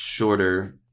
Shorter